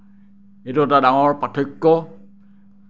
এইটো এটা ডাঙৰ পাৰ্থক্য